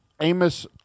Amos